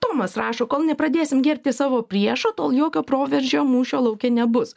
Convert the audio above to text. tomas rašo kol nepradėsim gerbti savo priešo tol jokio proveržio mūšio lauke nebus